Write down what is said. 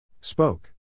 spoke